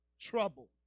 trouble